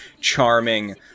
charming